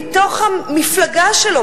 מתוך המפלגה שלו,